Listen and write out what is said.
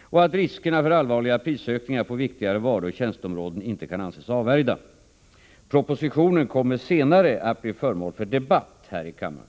och att riskerna för allvarliga prisökningar på viktigare varuoch tjänsteområden inte kan anses avvärjda. Propositionen kommer senare att bli föremål för debatt här i kammaren.